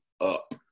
up